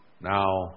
Now